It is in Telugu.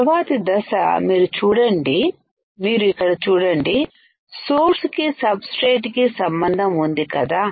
తరువాత దశ మీరు ఇక్కడ చూడండి సోర్సు కి సబ్ స్ట్రేట్ కి సంబంధం ఉంది కదా